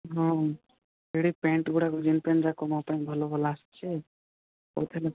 ହଁ ସେଇଠି ପ୍ୟାଣ୍ଟ ଗୁଡ଼ାକ ଜିନ୍ ପ୍ୟାଣ୍ଟ ଯାକ ମୋ ପାଇଁ ଭଲ ଭଲ ଆସୁଛି କହୁଥିଲେ